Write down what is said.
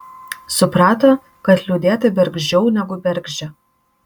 suprato kad liūdėti bergždžiau negu bergždžia